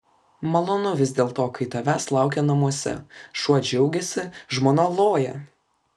malonu vis dėlto kai tavęs laukia namuose šuo džiaugiasi žmona loja